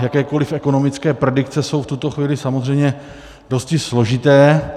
Jakékoli ekonomické predikce jsou v tuto chvíli samozřejmě dosti složité.